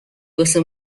واسه